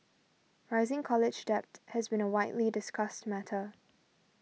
rising college debt has been a widely discussed matter